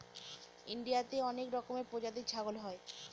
ইন্ডিয়াতে অনেক রকমের প্রজাতির ছাগল হয়